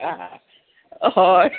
आं होय